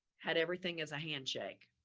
had everything as a handshake